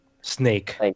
Snake